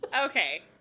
Okay